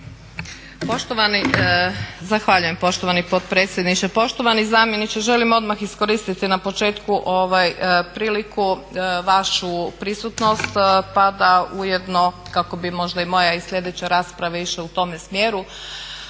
(HDZ)** Zahvaljujem poštovani potpredsjedniče. Poštovani zamjeniče želim odmah iskoristiti na početku priliku vašu prisutnost pa da ujedno, kako bi možda i moja i sljedeće rasprave išle u tome smjeru,